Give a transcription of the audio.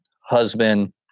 husband